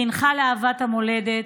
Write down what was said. חינכה לאהבת המולדת,